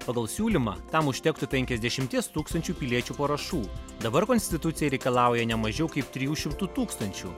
pagal siūlymą tam užtektų penkiasdešimties tūkstančių piliečių parašų dabar konstitucija reikalauja ne mažiau kaip trijų šimtų tūkstančių